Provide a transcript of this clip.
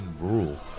rule